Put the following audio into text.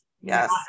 Yes